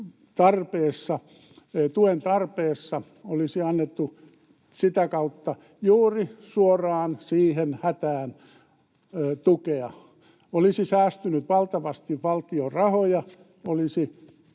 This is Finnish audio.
tuen tarpeessa, olisi annettu sitä kautta juuri suoraan siihen hätään tukea. Olisi säästynyt valtavasti valtion rahoja ja olisi